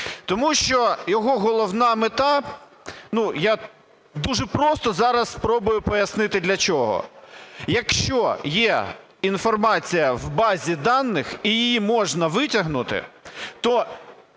тому що його головна мета... Я дуже просто зараз спробую пояснити, для чого. Якщо є інформація в базі даних і її можна витягнути, то